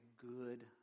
good